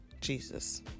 Jesus